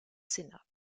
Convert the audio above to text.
sénat